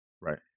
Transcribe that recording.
Right